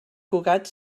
cugat